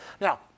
Now